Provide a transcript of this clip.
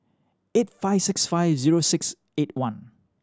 eight five six five zero six eight one